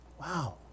Wow